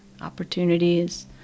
opportunities